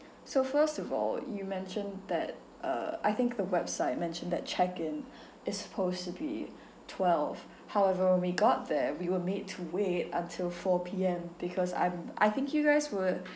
so first of all you mentioned that uh I think the website mentioned that check in is supposed to be twelve however when we got there we were made to wait until four P_M because I'm I think you guys were